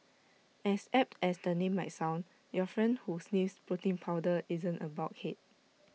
as apt as the name might sound your friend who sniffs protein powder isn't A bulkhead